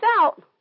out